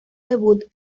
debut